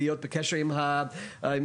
להיות בקשר עם האזרח.